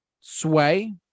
sway